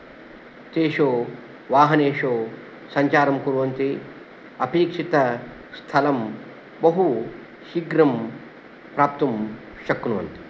तेषु वाहनेषु सञ्चारं कुर्वन्ति अपेक्षितस्थलं बहु शीघ्रं प्राप्तुं शक्नुवन्ति